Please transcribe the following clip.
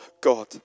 God